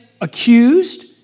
accused